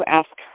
ask